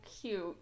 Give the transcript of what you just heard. cute